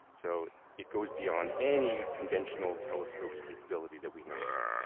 so it goes beyond any conventional telescope capability that we know of.